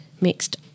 mixed